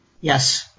Yes